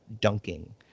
dunking